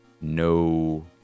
no